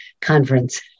conference